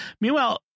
Meanwhile